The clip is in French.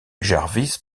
jarvis